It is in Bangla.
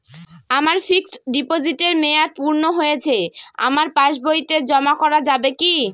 আমার ফিক্সট ডিপোজিটের মেয়াদ পূর্ণ হয়েছে আমার পাস বইতে জমা করা যাবে কি?